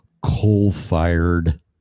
coal-fired